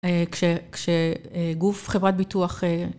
כשגוף חברת ביטוח..